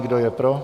Kdo je pro?